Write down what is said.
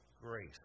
grace